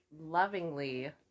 lovingly